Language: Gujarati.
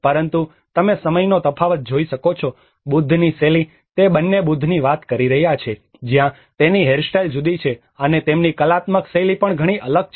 પરંતુ તમે સમયનો તફાવત જોઈ શકો છો બુદ્ધની શૈલી તે બંને બુદ્ધની વાત કરી રહ્યા છે જ્યાં તેની હેરસ્ટાઇલ જુદી છે અને તેમની કલાત્મક શૈલી પણ ઘણી અલગ છે